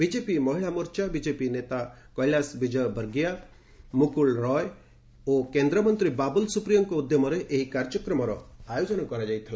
BJP Mahila Morcha BJP ନେତା କେିଳାଶ ବିଜୟ ବର୍ଗୀୟା ମୁକୁଳ ରୟ ଓ କେନ୍ଦ୍ରମନ୍ତ୍ରୀ ବାବୁଲ ସୁପ୍ରିଓଙ୍କ ଉଦ୍ୟମରେ ଏହି କାର୍ଯ୍ୟକ୍ରମର ଆୟୋଜନ କରାଯାଇଥିଲା